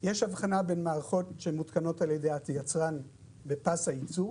יש אבחנה בין מערכות שמותקנות על ידי היצרן בפס הייצור.